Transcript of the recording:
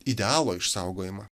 idealo išsaugojimą